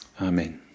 Amen